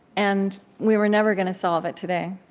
and we were never going to solve it today,